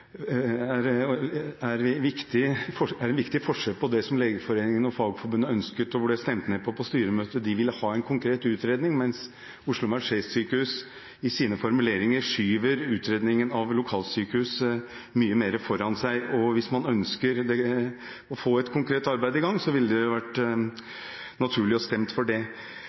en viktig forskjell når det gjelder det som Legeforeningen og Fagforbundet ønsket, og som ble stemt ned på styremøtet. De ville ha en konkret utredning, mens Oslo universitetssykehus i sine formuleringer skyver utredningen av lokalsykehuset mye mer foran seg. Hvis man ønsket å få et konkret arbeid i gang, ville det vært naturlig å stemme for det.